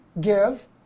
Give